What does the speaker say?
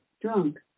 drunk